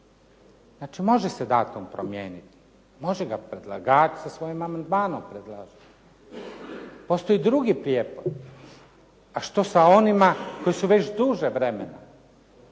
Znači, može se datum promijeniti, može ga predlagač sa svojim amandmanom predložiti. Postoji drugi prijepor, a što sa onima koji su već duže vrijeme,